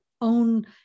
own